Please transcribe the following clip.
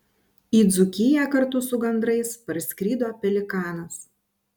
į dzūkiją kartu su gandrais parskrido pelikanas